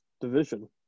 division